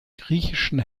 griechischen